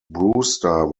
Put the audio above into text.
brewster